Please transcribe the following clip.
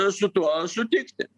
su tuo sutikti